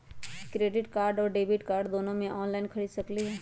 Credit card और debit card दोनों से ऑनलाइन खरीद सकली ह?